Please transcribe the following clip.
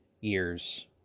years